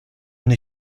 n’ai